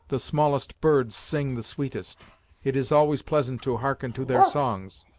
the smallest birds sing the sweetest it is always pleasant to hearken to their songs.